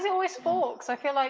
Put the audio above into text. is it always forks? i feel like